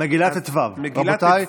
מגילה ט"ו, רבותיי.